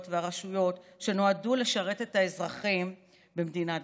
והרשויות שנועדו לשרת את האזרחים במדינה דמוקרטית,